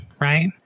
right